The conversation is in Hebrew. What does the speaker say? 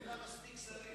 אין לה מספיק שרים.